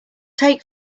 take